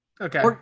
Okay